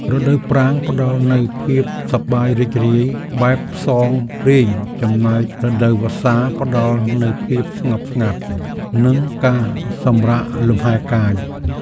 រដូវប្រាំងផ្តល់នូវភាពសប្បាយរីករាយបែបផ្សងព្រេងចំណែករដូវវស្សាផ្តល់នូវភាពស្ងប់ស្ងាត់ និងការសម្រាកលំហែកាយ។